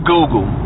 Google